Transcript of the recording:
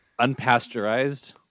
Unpasteurized